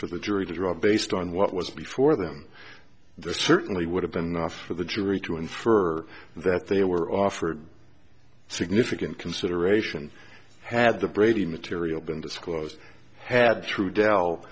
for the jury to draw based on what was before them there certainly would have been enough for the jury to infer that they were offered significant consideration had the brady material been disclosed had true dell